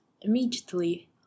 immediately